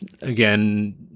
again